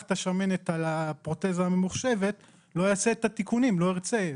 את השמנת על הפרוטזה הממוחשבת לא יעשה את התיקונים ולא ירצה.